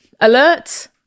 Alert